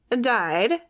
died